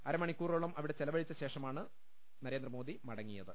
അരമണിക്കൂറോളം അവിടെ ചെലവഴിച്ചശേഷമാണ് നരേന്ദ്രമോദി മടങ്ങിയത്